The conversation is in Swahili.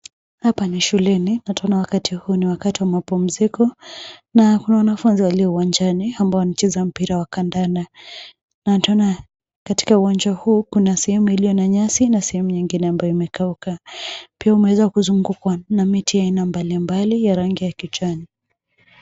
Hapa ni shuleni na tunaona wakati huu ni wakati wa mapumziko na kuna wanafunzi walio uwanjani ambao wanacheza mpira wa kandanda na tunaona katika uwanja huu kuna sehemu iliyo na nyasi na sehemu nyingine ambayo imekauka. Pia umeweza kuzungukwa na miti ya aina mbalimbali ya rangi ya kijani.